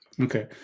Okay